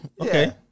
okay